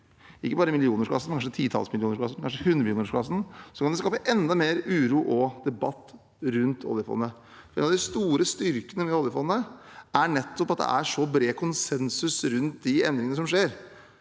ikke bare i millionklassen, men kanskje i timillionersklassen eller i hundremillionersklassen – kan det skape enda mer uro og debatt rundt oljefondet. En av de store styrkene med oljefondet er nettopp at det er så bred konsensus rundt de endringene som skjer.